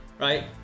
right